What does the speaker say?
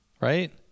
right